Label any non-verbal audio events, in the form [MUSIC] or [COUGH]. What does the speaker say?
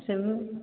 [UNINTELLIGIBLE]